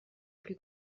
plus